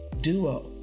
duo